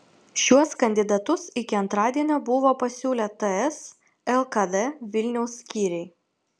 šiuos kandidatus iki antradienio buvo pasiūlę ts lkd vilniaus skyriai